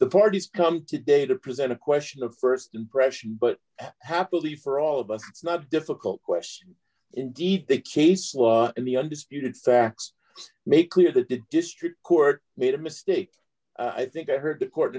the parties come today to present a question of st impression but happily for all of us it's not difficult question indeed the case law and the undisputed facts make clear that the district court made a mistake i think i heard the court